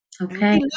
okay